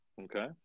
Okay